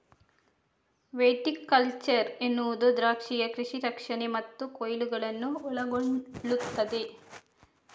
viticulture ಎನ್ನುವುದು ದ್ರಾಕ್ಷಿಯ ಕೃಷಿ ರಕ್ಷಣೆ ಮತ್ತು ಕೊಯ್ಲುಗಳನ್ನು ಒಳಗೊಳ್ಳುತ್ತದೆ